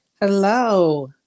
Hello